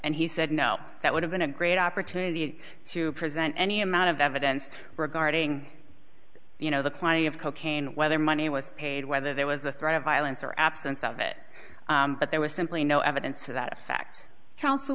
and he said no that would have been a great opportunity to present any amount of evidence regarding you know the quantity of cocaine whether money was paid whether there was the threat of violence or absence of it but there was simply no evidence to that effect